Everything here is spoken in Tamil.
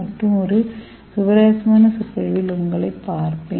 மற்றொரு சுவாரஸ்யமான சொற்பொழிவில் உங்களைப் பார்ப்பேன்